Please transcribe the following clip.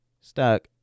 stuck